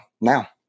now